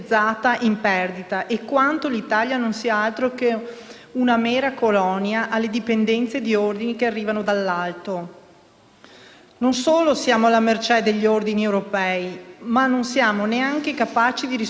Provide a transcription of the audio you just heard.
Non solo siamo alla mercé degli ordini europei, ma non siamo neanche capaci di rispondere in maniera adeguata. Stiamo sempre a sottolineare che la situazione cambierà negli anni successivi: sempre l'anno dopo, mai quello attuale.